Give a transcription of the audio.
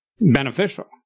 beneficial